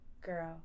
girl